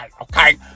okay